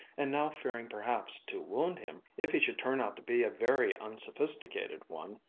and now fearing perhaps to wound him if he should turn out to be a very unsophisticated one,